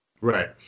Right